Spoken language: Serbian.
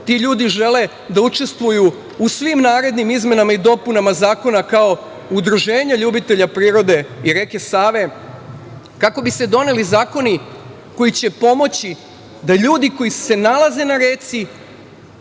ljudi žele da učestvuju u svim narednim izmenama i dopunama zakona kao udruženja ljubitelja prirode i reke Save kako bi se doneli zakoni koji će pomoći da ljudi koji se nalaze na reci